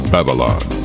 Babylon